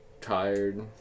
tired